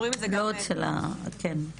לא אצל הערבים.